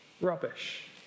Rubbish